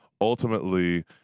ultimately